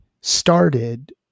started